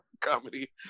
comedy